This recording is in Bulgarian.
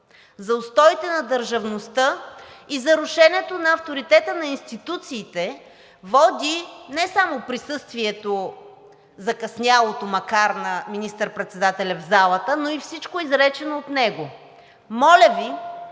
за устоите на държавността и за рушенето на авторитета на институциите води не само присъствието, закъснялото макар, на министър-председателя в залата, но и всичко изречено от него. Моля Ви,